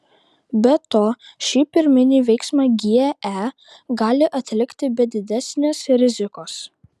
be to šį pirminį veiksmą ge gali atlikti be didesnės rizikos